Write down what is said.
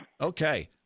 Okay